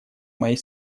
моей